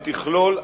ותכלול,